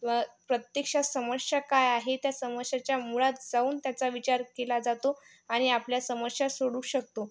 प्रत्यक्षात समस्या काय आहे त्या समस्याच्या मुळात जाऊन त्याचा विचार केला जातो आणि आपल्या समस्या सोडू शकतो